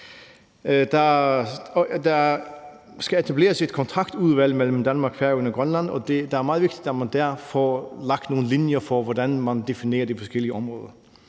Der skal etableres et kontaktudvalg mellem Danmark, Færøerne og Grønland, og det er meget vigtigt, at man der får lagt nogle linjer for, hvordan man definerer de forskellige områder.